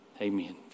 amen